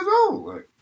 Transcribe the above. old